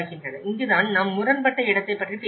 இங்குதான் நாம் முரண்பட்ட இடத்தைப் பற்றிப் பேசுகிறோம்